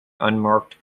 unmarked